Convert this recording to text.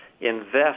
invest